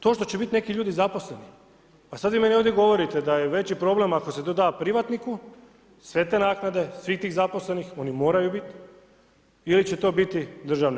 To što će biti neki ljudi zaposleni, a sada vi meni ovdje govorite da je veći problem ako se to da privatniku, sve te naknade, svih tih zaposlenih, oni moraju biti ili će to biti državno.